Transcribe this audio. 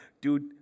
dude